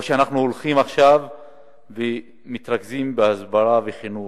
או שאנחנו הולכים עכשיו ומתרכזים בהסברה וחינוך,